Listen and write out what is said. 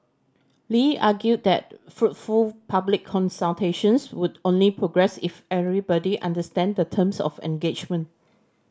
Lee argued that fruitful public consultations would only progress if everybody understand the terms of engagement